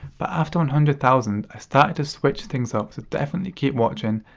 but after one hundred thousand, i started to switch things up so definitely keep watching.